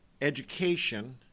education